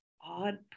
odd